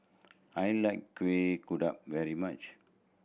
I like Kuih Kodok very much